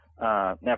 Now